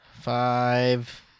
Five